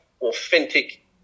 authentic